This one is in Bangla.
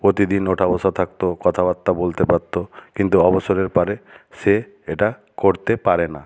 প্রতিদিন ওঠা বসা থাকত কথাবার্তা বলতে পারত কিন্তু অবসরের পারে সে এটা করতে পারে না